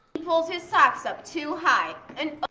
he pulls his socks up too high, and.